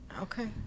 okay